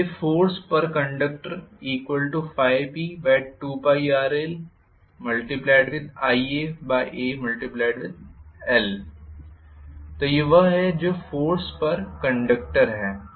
इसलिए फोर्स पर कंडक्टर∅P2πrlIaal यह वह है जो फोर्स पर कंडक्टर है